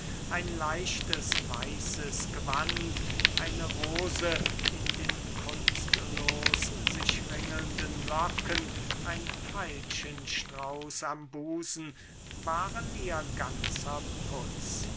ein leichtes weißes gewand eine rose in den kunstlos sich ringelnden locken ein veilchenstrauß am busen waren ihr ganzer putz